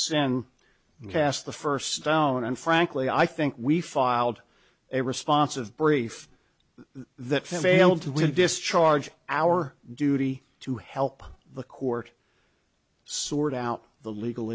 sin cast the first stone and frankly i think we filed a response of brief that failed to discharge our duty to help the court sort out the legal